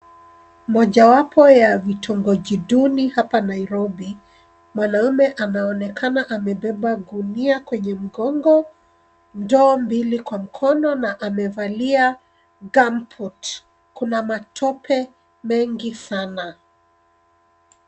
Mojawapo ya vitongoji duni hapa Nairobi. Wanaume anaonekana amebeba gunia kwenye mgongo, ndoo mbili kwa mkono na amevalia cs[gum-boot]cs. Kuna matope mengi sana.